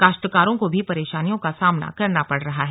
काश्तकारों को भी परेशानियों का सामना करना पड़ रहा है